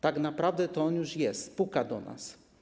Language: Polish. Tak naprawdę to on już jest, puka do nas.